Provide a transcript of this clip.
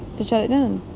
to shut it down?